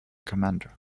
commander